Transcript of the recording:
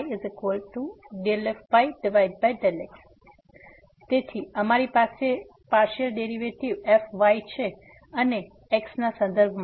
2f∂x∂y∂x∂f∂yfy∂x તેથી અમારી પાસે પાર્સીઅલ ડેરીવેટીવ f y છે અને x ના સંદર્ભમાં